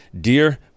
dear